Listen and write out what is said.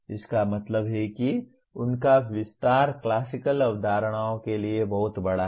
इसका मतलब है कि उनका विस्तार क्लासिकल अवधारणाओं के लिए बहुत बड़ा है